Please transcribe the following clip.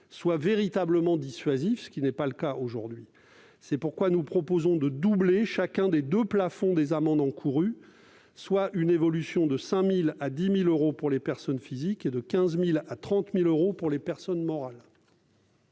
soit véritablement dissuasif, ce qui n'est pas le cas aujourd'hui. C'est pourquoi nous proposons de doubler chacun des deux plafonds des amendes encourues, soit une évolution de 5 000 à 10 000 euros pour les personnes physiques et de 15 000 à 30 000 euros pour les personnes morales.